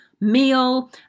meal